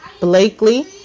blakely